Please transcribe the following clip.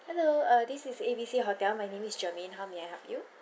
hello uh this is A B C hotel my name is germaine how may I help you